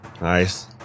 Nice